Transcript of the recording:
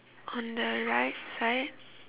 on the right side